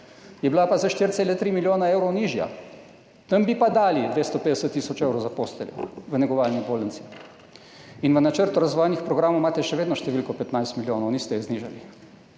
je bila pa za 4,3 milijone evrov nižja. Tam bi pa dali 250 tisoč evrov za posteljo v negovalni bolnici. In v načrtu razvojnih programov imate še vedno številko 15 milijonov, niste je znižali,